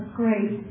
great